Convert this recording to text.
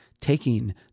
taking